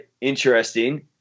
interesting